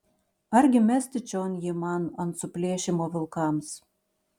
argi mesti čion jį man ant suplėšymo vilkams